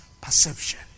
perception